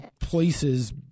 places